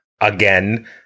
again